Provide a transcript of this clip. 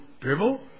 dribble